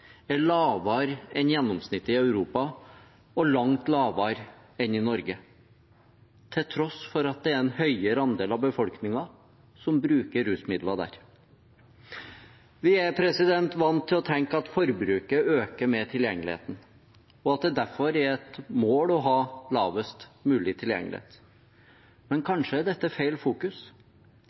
er lavere enn gjennomsnittet i Europa og langt lavere enn i Norge, til tross for at det er en høyere andel av befolkningen som bruker rusmidler der? Vi er vant til å tenke at forbruket øker med tilgjengeligheten, og at det derfor er et mål å ha lavest mulig tilgjengelighet. Men kanskje er dette feil fokus.